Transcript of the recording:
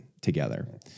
together